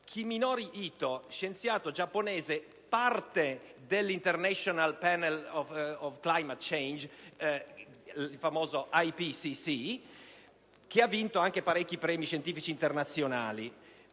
Kiminori Itoh, scienziato giapponese, membro dell'*International panel of climate change* (il famoso IPCC), che ha vinto anche parecchi premi scientifici internazionali.